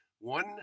one